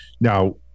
Now